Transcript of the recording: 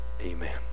Amen